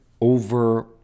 over